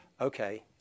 okay